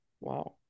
Wow